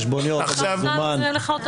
זה אפקטיבי.